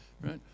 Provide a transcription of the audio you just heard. right